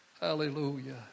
Hallelujah